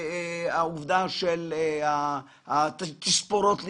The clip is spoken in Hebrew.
את התספורות למיניהן.